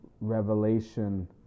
revelation